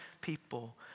people